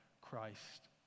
Christ